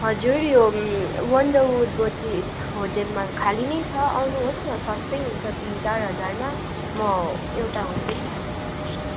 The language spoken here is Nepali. हजुर यो वान्डर उड बुटिक होटेलमा खाली नै छ आउनु होस् न सस्तै हुन्छ तिन चार हजारमा म एउटा होटेल